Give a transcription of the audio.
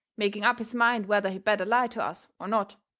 making up his mind whether he better lie to us or not.